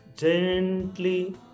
Gently